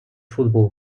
football